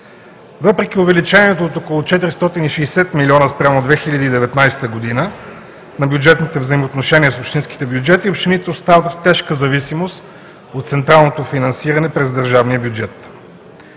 въпреки увеличението от около 460 млн. лв. спрямо 2019 г. на бюджетните взаимоотношения с общинските бюджети, общините остават в тежка зависимост от централното финансиране през държавния бюджет.